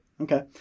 Okay